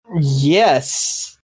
Yes